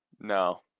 No